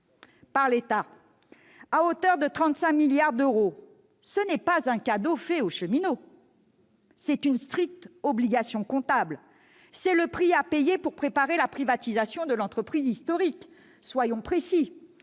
par l'État à hauteur de 35 milliards d'euros, ce n'est pas un cadeau fait aux cheminots, c'est une stricte obligation comptable. C'est le prix à payer pour préparer la privatisation de l'entreprise historique ! Soyons précis,